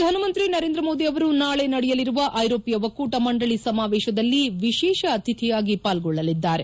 ಪ್ರಧಾನಮಂತ್ರಿ ನರೇಂದ್ರ ಮೋದಿ ಅವರು ನಾಳೆ ನಡೆಯಲಿರುವ ಐರೋಪ್ಯ ಒಕ್ಕೂಟ ಮಂಡಳಿ ಸಮಾವೇಶದಲ್ಲಿ ವಿಶೇಷ ಅತಿಥಿಯಾಗಿ ಪಾರ್ಗೊಳ್ಳಲಿದ್ದಾರೆ